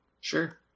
Sure